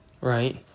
right